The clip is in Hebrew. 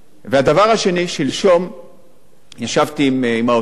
שלשום ישבתי עם האוצר על התקציב של 2013